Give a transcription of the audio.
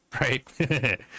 right